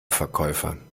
verkäufer